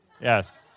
Yes